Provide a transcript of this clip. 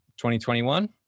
2021